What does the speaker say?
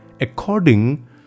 According